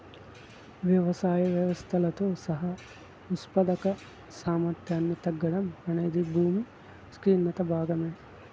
వ్యవసాయ వ్యవస్థలతో సహా ఉత్పాదక సామర్థ్యాన్ని తగ్గడం అనేది భూమి క్షీణత భాగమే